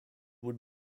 would